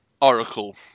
Oracle